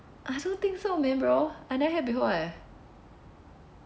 I don't think so man bro I never hear before eh